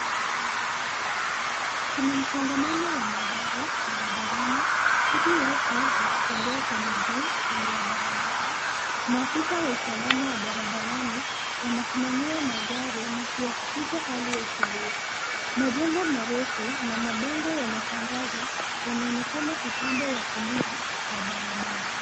Kuna msongamano wa magari barabarani, huku watu wakitembea kwa miguu kando ya barabara. Maafisa wa usalama wa barabarani wanasimamia magari na kuhakikisha hali ya utulivu. Majengo marefu na mabango ya matangazo yanaonekana upande wa kulia wa barabara.